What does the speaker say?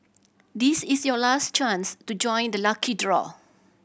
this is your last chance to join the lucky draw